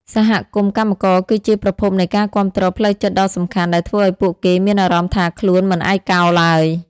សហគមន៍កម្មករគឺជាប្រភពនៃការគាំទ្រផ្លូវចិត្តដ៏សំខាន់ ដែលធ្វើឱ្យពួកគេមានអារម្មណ៍ថាខ្លួនមិនឯកោឡើយ។